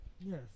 Yes